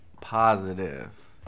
positive